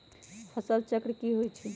फसल चक्र की होइ छई?